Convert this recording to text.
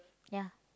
ya